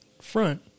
front